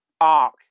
arc